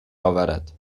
اورد